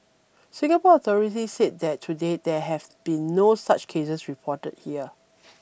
Singapore authorities said that to date there have been no such cases reported here